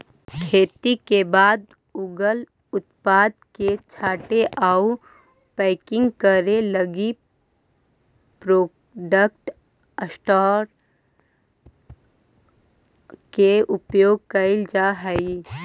खेती के बाद उगल उत्पाद के छाँटे आउ पैकिंग करे लगी प्रोडक्ट सॉर्टर के उपयोग कैल जा हई